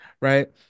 right